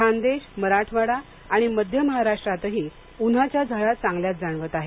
खानदेश मराठवाडा आणि मध्य महाराष्ट्रातही उन्हाच्या झळा चांगल्याच जाणवत आहेत